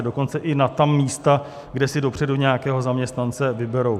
Dokonce i na ta místa, kde si dopředu nějakého zaměstnance vyberou?